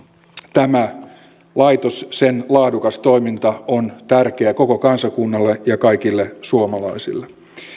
tämä laitos ja sen laadukas toiminta on tärkeää koko kansakunnalle ja kaikille suomalaisille